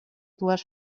dues